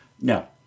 No